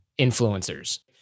influencers